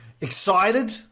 excited